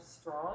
strong